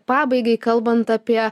pabaigai kalbant apie